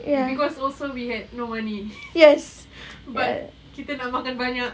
cause also we had no money but kita nak makan banyak